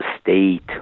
state